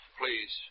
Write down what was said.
please